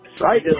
Right